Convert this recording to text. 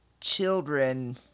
children